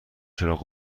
چراغ